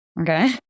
Okay